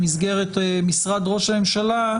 במסגרת משרד ראש הממשלה,